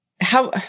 how-